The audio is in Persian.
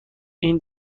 این